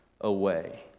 away